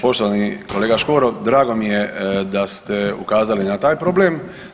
Poštovani kolega Škoro, drago mi je da se ukazali na taj problem.